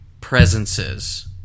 presences